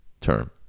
term